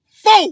four